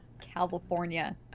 California